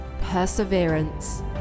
perseverance